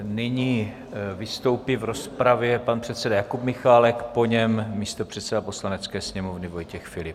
Nyní vystoupí v rozpravě pan předseda Jakub Michálek, po něm místopředseda Poslanecké sněmovny Vojtěch Filip.